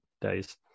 days